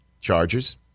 charges